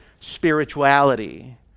spirituality